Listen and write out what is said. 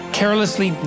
carelessly